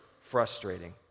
frustrating